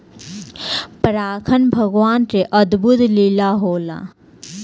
परागन भगवान के अद्भुत लीला होला